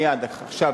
עכשיו,